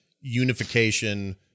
unification